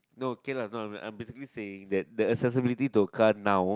no okay lah no I'm I'm basically saying that the accessibility to a car now